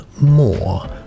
more